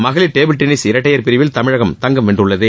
மகளிர் table tennis இரட்டையர் பிரிவில் தமிழகம் தங்கம் வென்றுள்ளது